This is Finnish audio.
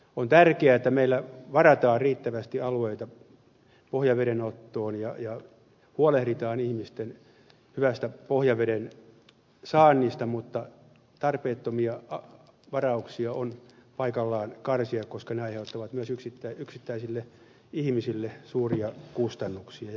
on tärkeää että meillä varataan riittävästi alueita pohjaveden ottoon ja huolehditaan ihmisten hyvästä pohjaveden saannista mutta tarpeettomia varauksia on paikallaan karsia koska ne aiheuttavat myös yksittäisille ihmisille suuria kustannuksia